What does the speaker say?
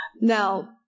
Now